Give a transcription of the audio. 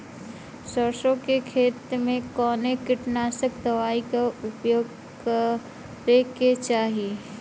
सरसों के खेत में कवने कीटनाशक दवाई क उपयोग करे के चाही?